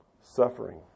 suffering